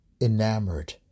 enamored